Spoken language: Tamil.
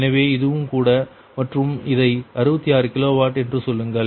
எனவே இதுவும் கூட மற்றும் இதை 66 kV என்று சொல்லுங்கள்